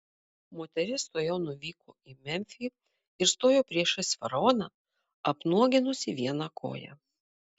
moteris tuojau nuvyko į memfį ir stojo priešais faraoną apnuoginusi vieną koją